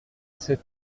cet